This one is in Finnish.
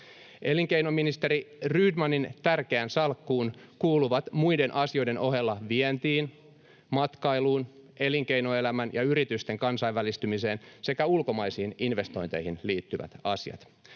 Elinkeinoministeri Rydmanin tärkeään salkkuun kuuluvat muiden asioiden ohella vientiin, matkailuun, elinkeinoelämän ja yritysten kansainvälistymiseen sekä ulkomaisiin investointeihin liittyvät asiat.